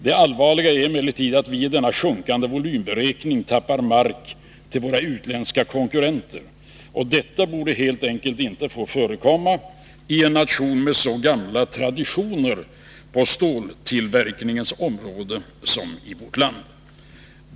Det allvarliga är emellertid att vi i denna sjunkande volymberäkning tappar mark till våra utländska konkurrenter. Detta borde helt enkelt inte få förekomma i en nation med så gamla traditioner på ståltillverkningens område som vårt land har.